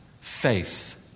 faith